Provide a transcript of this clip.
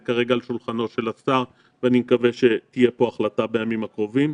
זה כרגע על שולחנו של השר ואני מקווה שתהיה פה החלטה בימים הקרובים.